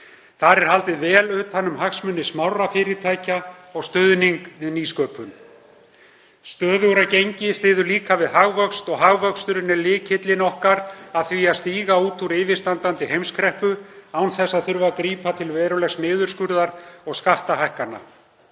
Þar er haldið vel utan um hagsmuni smárra fyrirtækja og stuðning við nýsköpun. Stöðugra gengi styður líka við hagvöxt og hagvöxtur er lykillinn okkar að því að stíga út úr yfirstandandi heimskreppu án þess að þurfa að grípa til verulegs niðurskurðar og skattahækkana.